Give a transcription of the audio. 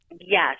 Yes